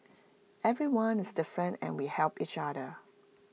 everyone is different and we help each other